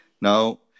Now